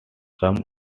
some